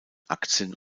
aktien